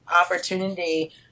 opportunity